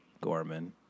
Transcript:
Gorman